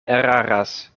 eraras